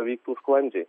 vyktų sklandžiai